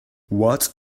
what